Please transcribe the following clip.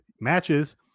matches